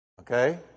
Okay